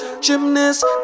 Gymnast